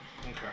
Okay